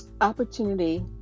opportunity